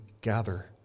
gather